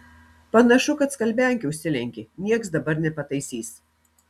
panašu kad skalbiankė užsilenkė nieks dabar nepataisys